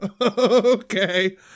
okay